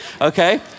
okay